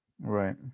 Right